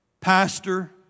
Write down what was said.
pastor